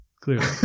Clearly